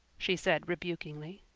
she said rebukingly.